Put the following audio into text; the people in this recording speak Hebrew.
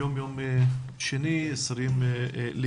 היום יום שני, 20 ביולי.